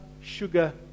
sugar